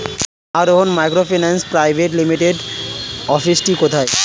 আরোহন microfinance private লিমিটেডের অফিসটি কোথায়?